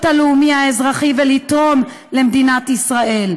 הלאומי-אזרחי ולתרום למדינת ישראל,